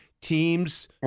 Teams